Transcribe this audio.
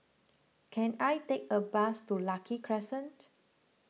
can I take a bus to Lucky Crescent